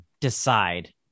decide